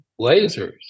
lasers